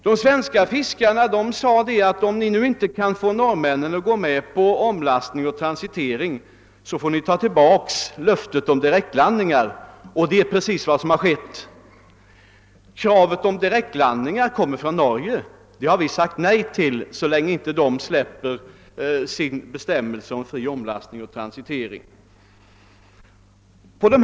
De svenska fiskarna sade att om vi inte kan få norrmännen att acceptera omlastning och transitering måste löftet om direktlandningar tas tillbaka, och det är just vad som har skett. Kravet på direktlandning kom från Norge, men vi har sagt nej till det tills de accepterar fri omlastning och transitering.